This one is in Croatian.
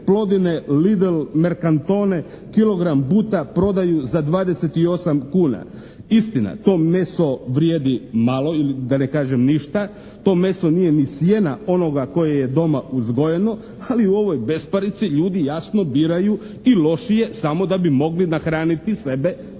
Plodine, Lidl, Mercatone kilogram buta prodaju za 28 kuna. Istina, to meso vrijedi malo ili da ne kažem ništa. To meso nije ni sjena onoga koje je doma uzgojeno. Ali u ovoj besparici ljudi jasno biraju i lošije samo da bi mogli nahraniti sebe